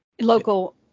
local